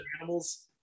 animals